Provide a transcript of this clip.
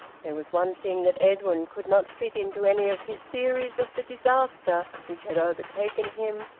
there was one thing that edwin could not fit into any of his theories of the disaster which had overtaken him,